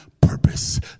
purpose